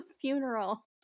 funeral